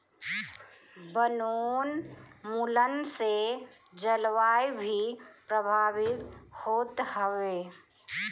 वनोंन्मुलन से जलवायु भी प्रभावित होत हवे